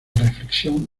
reflexión